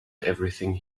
everything